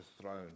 throne